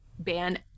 ban